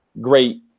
Great